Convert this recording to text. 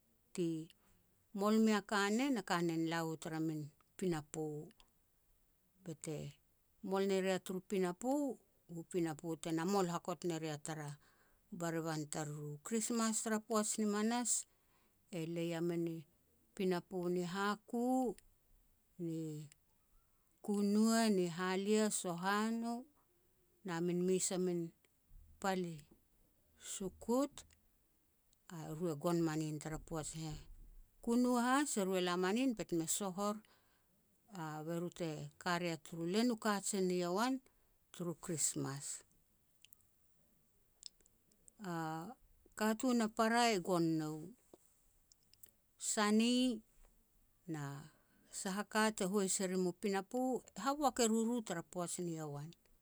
ti mol mea kanen, a kanen e la u tara min pinapo. Bete mol ne ria turu pinapo, bu pinapo tena mol hakot ne ria tara barevan tariru. Krismas tara poaj ni manas, e lei a mini pinapo ni Haku, ni Kunua, ni Halia, Sohano, na min mes a min pal i sukut, eru e gon manin tara poaj ne heh. Kunua has e la manin bet me soh or a-a beru te ka ria turu len u kajien ni yowan turu Krismas. a katun a para e gon nou. Sani na sah a ka te hois e rim u pinapo, haboak e ruru tara poaj ni yowan.